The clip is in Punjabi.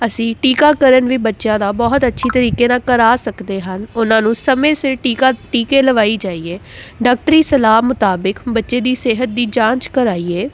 ਅਸੀਂ ਟੀਕਾਕਰਨ ਵੀ ਬੱਚਿਆਂ ਦਾ ਬਹੁਤ ਅੱਛੀ ਤਰੀਕੇ ਨਾਲ ਕਰਾ ਸਕਦੇ ਹਨ ਉਹਨਾਂ ਨੂੰ ਸਮੇਂ ਸਿਰ ਟੀਕਾ ਟੀਕੇ ਲਵਾਈ ਜਾਈਏ ਡਾਕਟਰੀ ਸਲਾਹ ਮੁਤਾਬਿਕ ਬੱਚੇ ਦੀ ਸਿਹਤ ਦੀ ਜਾਂਚ ਕਰਾਈਏ